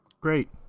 Great